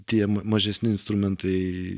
tie mažesni instrumentai